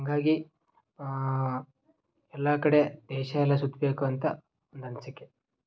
ಹಾಗಾಗಿ ಎಲ್ಲ ಕಡೆ ದೇಶ ಎಲ್ಲ ಸುತ್ತಬೇಕು ಅಂತ ಒಂದು ಅನಿಸಿಕೆ